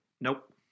Nope